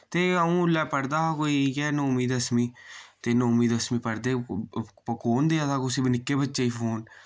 ते अ'ऊं उल्लै पढ़दा हा कोई इय्यै नौमी दसमी ते नौमी दसमी पढ़दे कु'न देआ दा कुसै बी निक्के बच्चे ई फोन